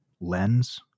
lens